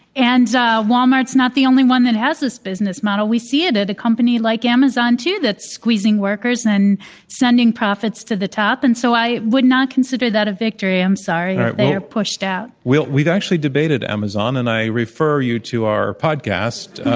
and walmart's not the only one that has this business model. we see it at a company like amazon, too, that's squeezing workers and sending profits to the top. and so, i would not consider that a victory, i'm sorry, if they are pushed out. we've actually debated amazon, and i refer you to our podcast.